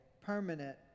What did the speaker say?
permanent